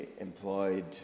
employed